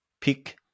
pick